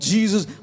Jesus